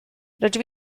rydw